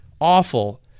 awful